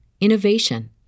innovation